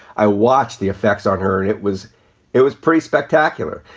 i watch the effects on her. and it was it was pretty spectacular.